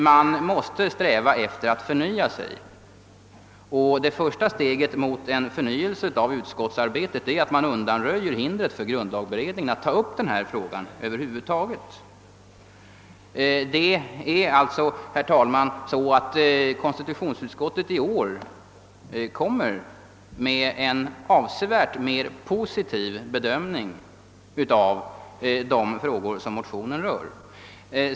Man måste sträva efter att förnya sig, och det första steget mot en förnyelse av utskottsarbetet är att man undanröjer hindret för grundlagberedningen att över huvud taget ta upp denna fråga. Konstitutionsutskottet gör alltså, herr talman, i år en avsevärt mer positiv bedömning av de frågor som motionsparet rör.